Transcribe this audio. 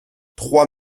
trois